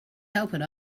helping